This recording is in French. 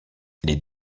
les